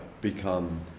become